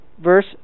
Verse